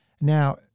Now